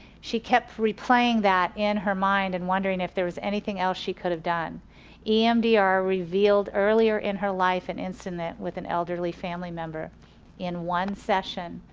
she kept replaying that in her mind, and wondering if there was anything else she could've done emdr revealed earlier in her life, an and incident with an elderly family member in one session,